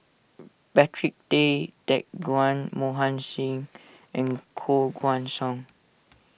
Patrick Tay Teck Guan Mohan Singh and Koh Guan Song